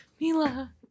Mila